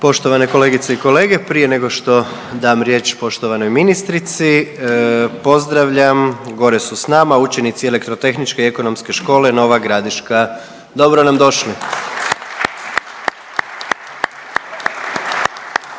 Poštovane kolegice i kolege prije nego što dam riječ poštovanoj ministrici pozdravljam, gore su s nama učenici Elektrotehničke i ekonomske škole Nova Gradiška. Dobro nam došli.